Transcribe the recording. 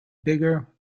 bigger